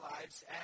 lives